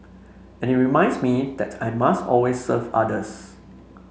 and it reminds me that I must always serve others